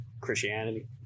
christianity